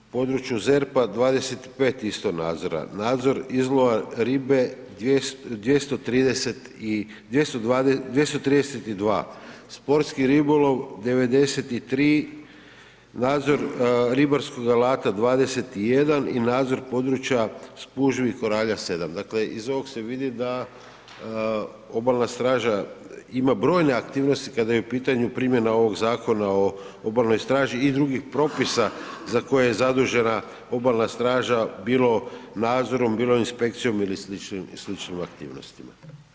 U području ZERP-a 25 isto nadzora, nadzor izlova ribe 232, sportski ribolov 93, nadzor ribarskog alata 21 i nadzor područja spužvi koralja 7. Dakle iz ovog se vidi da obalna straža ima brojne aktivnosti kada je u pitanju primjena ovog Zakona o obalnoj straži i drugih propisa za koje je zadužena obalna straža bilo nadzorom, bilo inspekcijom ili sličnim aktivnostima.